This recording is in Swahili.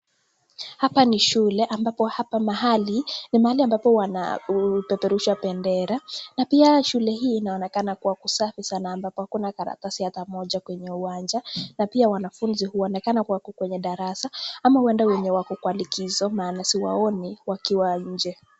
Hapa ni shule ambapo hapa mahali ni mahali ambapo wanapeperusha bendera na pia shule hii inaonekana kuwa kusafi sana ambapo hakuna karatasi ata moja kwenye uwanja na pia wanafuzi huonekana wako kwa darasa ama ueda wenye wako kwa likizo maana siwaoni wakiwa nje.